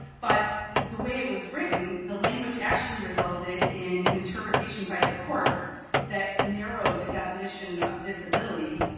but the way it was written, the language actually resulted in an interpretation by the courts that narrowed the definition of disability.